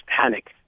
panic